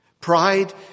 Pride